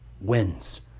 wins